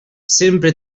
sempre